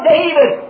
David